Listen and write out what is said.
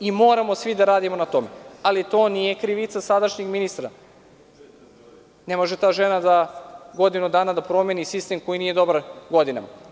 Moramo svi da radimo na tome, ali to nije krivica sadašnjeg ministra, ne može ta žena za godinu dana da promeni sistem koji nije dobar godinama.